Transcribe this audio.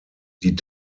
die